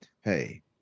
Hey